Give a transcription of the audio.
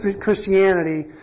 Christianity